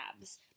abs